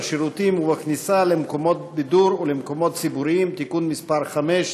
בשירותים ובכניסה למקומות בידור ולמקומות ציבוריים (תיקון מס' 5),